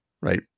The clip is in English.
right